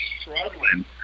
struggling